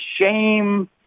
shame